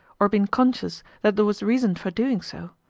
or been conscious that there was reason for doing so,